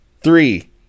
Three